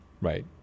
right